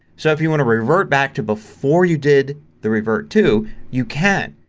so if you want to revert back to before you did the revert to you can.